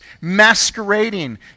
masquerading